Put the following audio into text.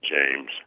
James